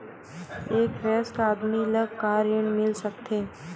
एक वयस्क आदमी ला का ऋण मिल सकथे?